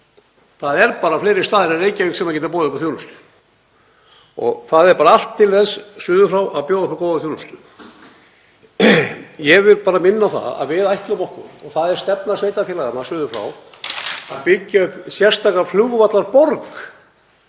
Það eru fleiri staðir en Reykjavík sem geta boðið upp á þjónustu og það er allt til þess suður frá að bjóða upp á góða þjónustu. Ég vil bara minna á að við ætlum okkur, og það er stefna sveitarfélaga þarna suður frá, að byggja upp sérstaka flugvallarborg